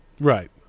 Right